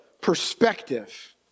perspective